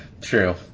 True